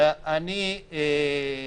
--- פחות מעניין